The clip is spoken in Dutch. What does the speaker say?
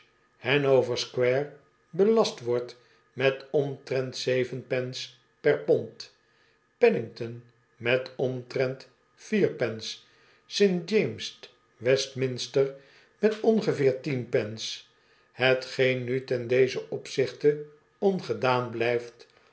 hannover square belast wordt met omtrent zeven pence per pond paddington met omtrent vier pence st jannes westminster met ongeveer tien pence hetgeen nu ten dezen opzichte ongedaan blijft